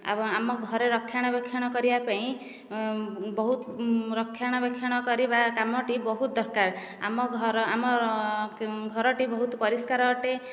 ଆଉ ଆମ ଘରେ ରକ୍ଷଣ ବେକ୍ଷଣ କରିବା ପାଇଁ ବହୁତ ରକ୍ଷଣ ବେକ୍ଷଣ କରିବା କାମଟି ବହୁତ ଦରକାର ଆମ ଘର ଆମ ଘରଟି ବହୁତ ପରିଷ୍କାର ଅଟେ